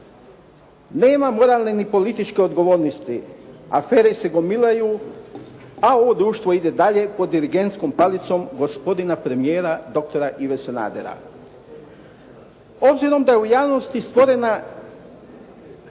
Nema moralne ni političke odgovornosti, afere se gomilaju a ovo društvo ide dalje pod dirigentskom palicom gospodina premijera dr. Ive Sanadera. Obzirom da je u javnosti stvorena